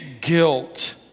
guilt